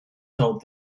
told